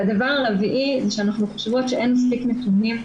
והדבר הרביעי זה שאנחנו חושבות שאין מספיק נתונים,